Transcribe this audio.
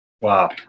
Wow